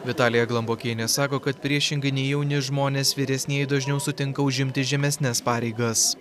vitalija glambokienė sako kad priešingai nei jauni žmonės vyresnieji dažniau sutinka užimti žemesnes pareigas